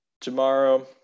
Tomorrow